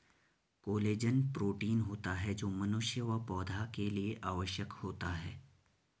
collagen protein होता है जो मनुष्य व पौधा के लिए आवश्यक होता है